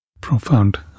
Profound